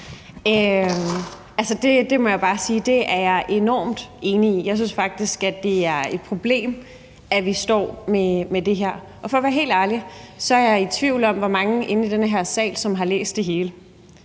at jeg er enormt enig i. Jeg synes faktisk, at det er et problem, at vi står med det her. For at være helt ærlig er jeg i tvivl om, hvor mange inde i den her sal der har læst det hele.